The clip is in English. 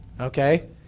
okay